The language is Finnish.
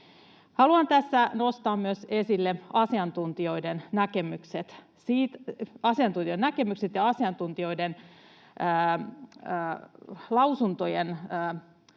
Haluan tässä nostaa esille myös asiantuntijoiden näkemykset ja asiantuntijoiden lausuntojen